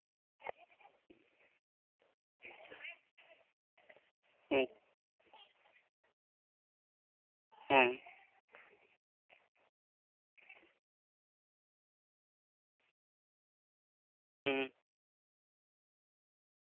ᱦᱩᱸ ᱦᱩᱸ ᱦᱩᱸ